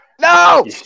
No